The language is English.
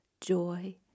joy